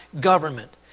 government